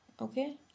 okay